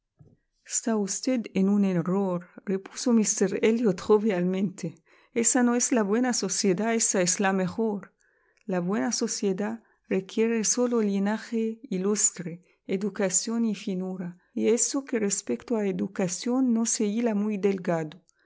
está usted en un errorrepuso míster elliot jovialmente ésa no es la buena sociedad ésa es la mejor la buena sociedad requiere sólo linaje ilustre educación y finura y eso que respecto a educación no se hila muy delgado